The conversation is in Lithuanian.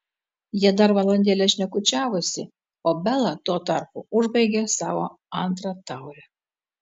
jie dar valandėlę šnekučiavosi o bela tuo tarpu užbaigė savo antrą taurę